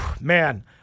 Man